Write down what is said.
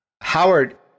Howard